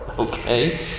Okay